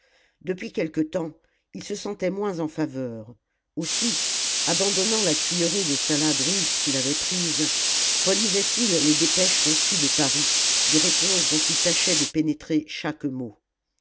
depuis quelque temps il se sentait moins en faveur aussi abandonnant la cuillerée de salade russe qu'il avait prise relisait il les dépêches reçues de paris des réponses dont il tâchait de pénétrer chaque mot